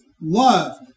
love